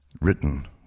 written